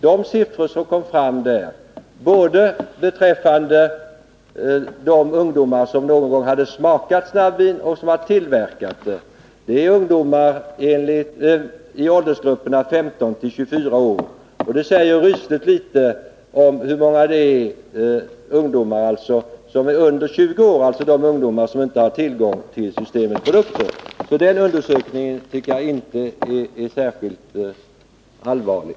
De siffror som kom fram, både avseende ungdomar som någon gång hade smakat snabbvin och avseende sådana som hade tillverkat snabbvin, gällde personer i åldrarna 15— 24 år. Det säger rysligt litet om antalet ungdomar som är under 20 år och som alltså inte har tillgång till Systemets produkter. Den undersökningen tycker jag således inte är särskilt allvarlig.